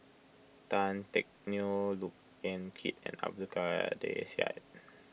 Tan Teck Neo Look Yan Kit and Abdul Kadir Syed